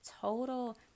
total